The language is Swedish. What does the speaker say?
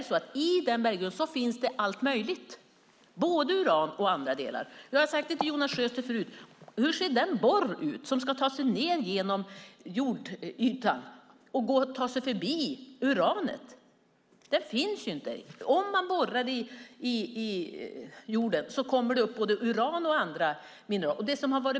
I berggrunden finns allt möjligt, uran och annat. Jag har frågat Jonas Sjöstedt förut: Hur ser den borr ut som ska ta sig ned genom jordytan och ta sig förbi uranet? Den finns inte. Borrar man i jorden kommer det upp både uran och andra mineraler.